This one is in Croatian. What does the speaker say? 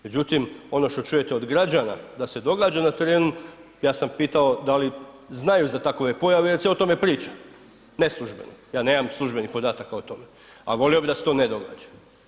Međutim, ono što čujete od građana da se događa na terenu, ja sam pitao da li znaju za takove pojave jer se o tome priča neslužbeno, ja nemam službenih podataka o tome, a volio bih da se to ne događa.